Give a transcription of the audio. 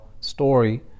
story